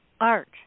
art